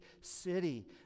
city